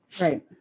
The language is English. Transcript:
Right